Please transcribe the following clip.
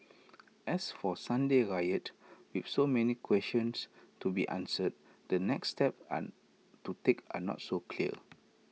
as for Sunday's riot with so many questions to be answered the next steps and to take are not so clear